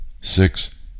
six